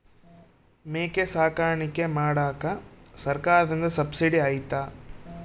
ಮೇಕೆ ಸಾಕಾಣಿಕೆ ಮಾಡಾಕ ಸರ್ಕಾರದಿಂದ ಸಬ್ಸಿಡಿ ಐತಾ?